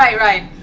right, right.